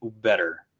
better